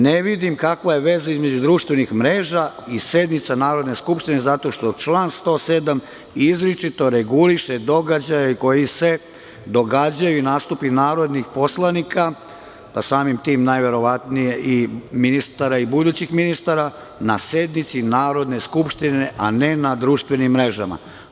Ne vidim kakva je veza između društvenih mreža i sednica Narodne skupštine, zato što član 107. izričito reguliše događaje koji se događaju i nastupi narodnih poslanika, pa samim tim najverovatnije i ministar i budućih ministara, na sednici Narodne skupštine, a ne na društvenim mrežama.